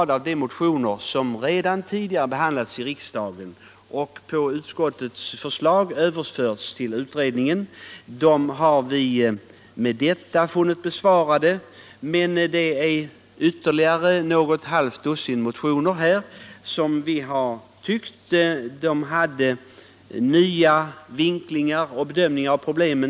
De motioner som tidigare behandlats i riksdagen och som på utskottets förslag överförts till utredningen har vi funnit vara besvarade med denna åtgärd. Nu finns det ytterligare något halvt dussin motioner som utskottet tycker har kommit med nya vinklingar och bedömningar av problemet.